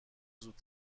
زود